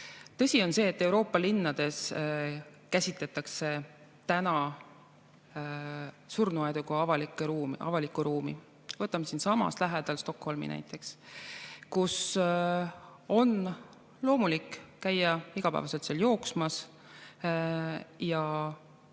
Tõsi on see, et Euroopa linnades käsitletakse surnuaedu kui avalikku ruumi. Võtame siinsamas lähedal Stockholmi näiteks. Seal on loomulik käia iga päev jooksmas ja